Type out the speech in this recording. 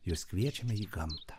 jus kviečiame į gamtą